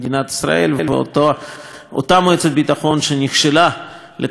ואותה מועצת ביטחון שנכשלה בקבלת החלטות